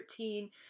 13